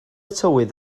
tywydd